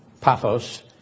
Paphos